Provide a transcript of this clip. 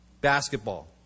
basketball